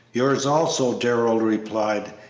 yours also, darrell replied,